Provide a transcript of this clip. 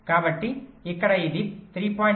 కాబట్టి ఇక్కడ ఇది 3